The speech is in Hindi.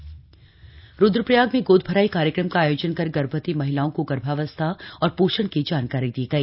गोदभराई कार्यक्रम रुद्रप्रयाग में गोदभराई कार्यक्रम का आयोजन कर गर्भवती महिलाओं को गर्भावस्था और पोषण की जानकारी दी गई